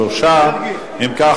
3. אם כך,